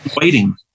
waiting